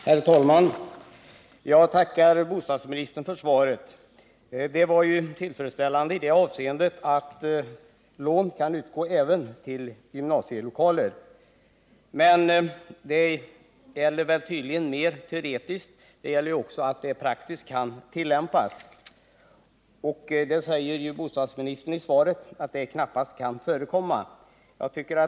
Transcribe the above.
Herr talman! Jag tackar bostadsministern för svaret. Det var tillfredsställande i det avseendet att hon uppgav att lån kan utgå även till gymnasielokaler. Det gäller tydligen mest i teorin — men en sådan regel måste också kunna praktiskt tillämpas, och bostadsministern säger i svaret att det knappast kan förekomma.